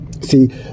See